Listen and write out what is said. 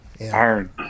Iron